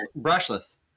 brushless